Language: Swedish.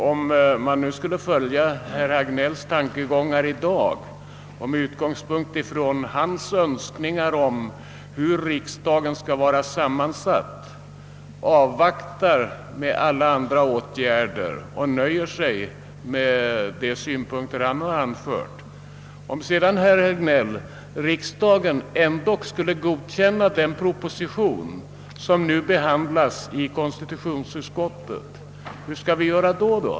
Om vi i dag skulle följa herr Hagnell och med utgångspunkt från hans önskningar om hur riksdagen skall vara sammansatt dröjer med alla andra åtgärder och sedan riksdagen ändå godkänner den proposition som nu behandlas i konstitutionsutskottet, hur går det då, herr Hagnell?